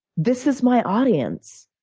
this is my audience.